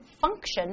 function